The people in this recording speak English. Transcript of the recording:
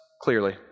clearly